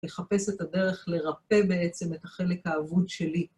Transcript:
לחפש את הדרך לרפא בעצם את החלק האבוד שלי.